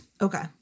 okay